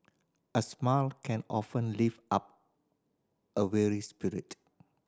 a smile can often lift up a weary spirit